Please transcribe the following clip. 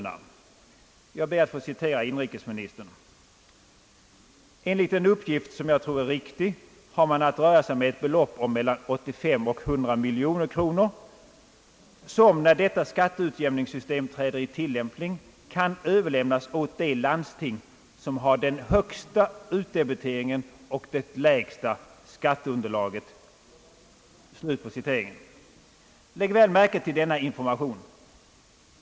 Jag skall be att få citera inrikesministern, som säger: »Enligt en uppgift, som jag tror är riktig, har man att röra sig med ett belopp om mellan 85 och 100 miljoner kronor, som när detta skatteutjämningssystem träder i tillämpning kan överlämnas åt de landsting som har den högsta utdebiteringen och det lägsta skatteunderlaget.» Lägg väl märke till denna information.